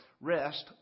rest